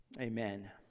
Amen